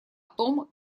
том